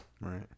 right